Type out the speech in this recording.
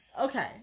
Okay